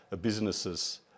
businesses